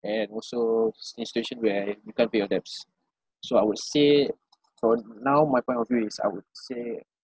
and also s~ in situation where you can't pay your debts so I would say for now my point of view is I would say